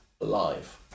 alive